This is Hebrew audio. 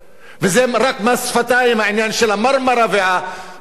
וזה רק מס שפתיים העניין של ה"מרמרה" והמסחרה.